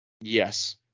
Yes